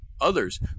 others